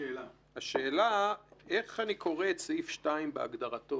השאלה היא איך אני קורא את סעיף 2 בהגדרתו